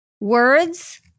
words